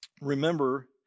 remember